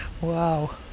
Wow